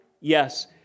Yes